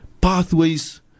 pathways